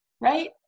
right